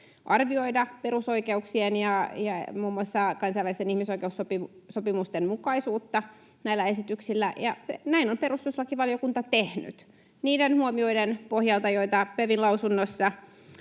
arvioida perusoikeuksien ja muun muassa kansainvälisten ihmisoikeussopimusten mukaisuutta näissä esityksissä. Näin on perustuslakivaliokunta tehnyt. Niiden huomioiden pohjalta, joita PeVin lausunnossa